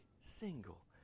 single